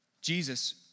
Jesus